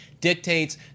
dictates